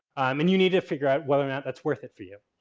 and you need to figure out whether or not that's worth it for you.